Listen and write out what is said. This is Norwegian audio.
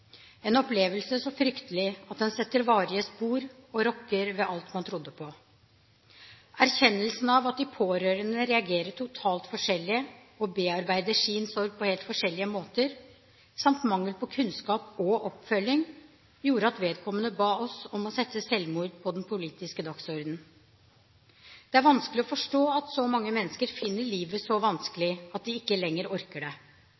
en opplevelse så fryktelig at den setter varige spor og rokker ved alt man trodde på. Erkjennelsen av at de pårørende reagerer totalt forskjellig og bearbeider sin sorg på helt forskjellige måter, samt mangel på kunnskap og oppfølging, gjorde at vedkommende ba oss om å sette selvmord på den politiske dagsordenen. Det er vanskelig å forstå at så mange mennesker finner livet så vanskelig at de ikke lenger orker det.